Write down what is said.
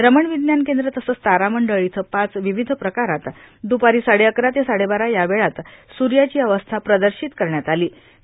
रमण विज्ञान केंद्र तसंच तारामंडळ इथं पाच विविध प्रकारात दुपारी साडेअकरा ते साडेबारा या वेळात सूर्याची अवस्था प्रदर्शित करण्यात आली होती